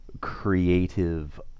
creative